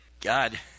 God